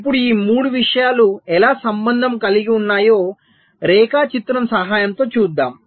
ఇప్పుడు ఈ 3 విషయాలు ఎలా సంబంధం కలిగి ఉన్నాయో రేఖాచిత్రం సహాయంతో చూద్దాం